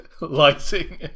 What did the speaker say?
lighting